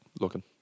looking